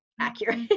accurate